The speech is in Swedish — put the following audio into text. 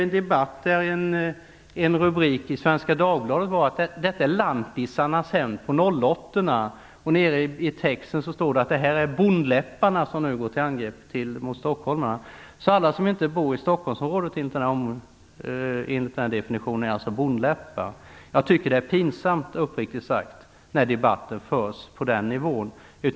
En rubrik i Svenska Dagbladet var: Detta är lantisarnas hämnd på nollåttorna. I texten står det: Det här är bondläpparna som nu går till angrepp mot stockholmarna. Alla som inte bor i Stockholmsområdet är alltså enligt den definitionen bondläppar. Jag tycker uppriktigt sagt att det är pinsamt när debatten förs på den nivån.